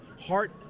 heart –